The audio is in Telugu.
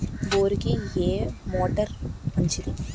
బోరుకి ఏ మోటారు మంచిది?